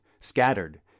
scattered